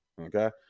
okay